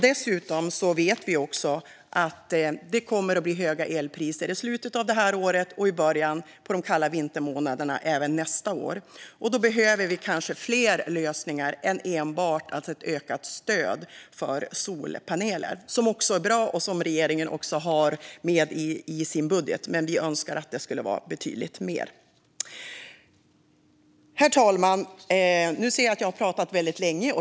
Dessutom vet vi att det kommer att bli höga elpriser även i slutet av detta år och i början av nästa, under de kalla vintermånaderna. Då behöver vi kanske fler lösningar än enbart ett ökat stöd för solpaneler. Det är också bra, och regeringen har också med det i sin budget. Men vi önskar att det skulle vara betydligt mer. Herr talman! Nu ser jag att jag har pratat väldigt länge.